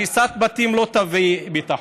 הריסת בתים לא תביא ביטחון.